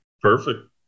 Perfect